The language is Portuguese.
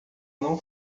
não